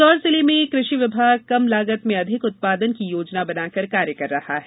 इंदौर जिले में कृषि विभाग कम लागत में अधिक उत्पादन की योजना बनाकर कार्य कर रहा है